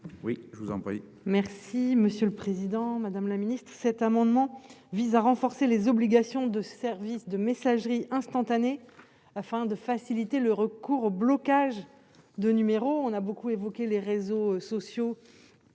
oui, je vous en prie.